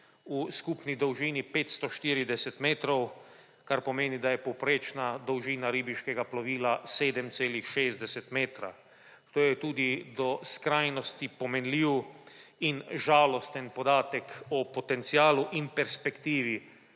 v skupni dolžini 540 metrov, kar pomeni, da je povprečna dolžina ribiškega plovila 7,60 metra. To je tudi do skrajnosti pomenljiv in žalosten podatek o potencialu in perspektivi